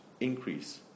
increase